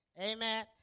Amen